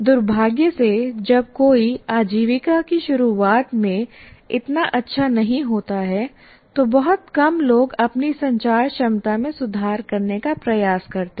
दुर्भाग्य से जब कोई आजीविका की शुरुआत में इतना अच्छा नहीं होता है तो बहुत कम लोग अपनी संचार क्षमता में सुधार करने का प्रयास करते हैं